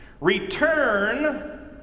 Return